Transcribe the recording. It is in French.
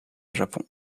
japon